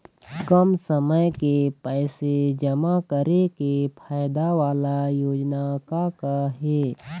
कम समय के पैसे जमा करे के फायदा वाला योजना का का हे?